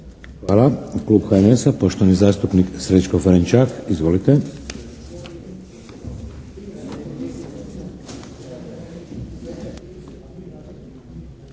Hvala. Klub HNS-a poštovani zastupnik Srećko Ferenčak. Izvolite!